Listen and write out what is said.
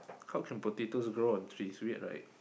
how can potatoes grow on trees weird right